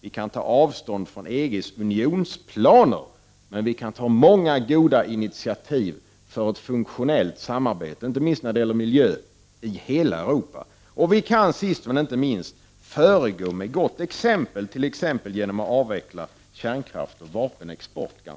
Vi kan ta avstånd från EG:s unionsplaner, men vi kan ta många goda initiativ till ett funktionellt samarbete — inte minst när det gäller miljön i hela Europa. Sist men inte minst kan vi föregå med gott exempel, bl.a. genom att ganska snabbt avveckla kärnkraften och vapenexporten.